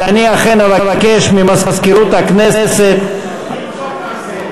אם כן, אבקש ממזכירות הכנסת, נתחיל מהסוף.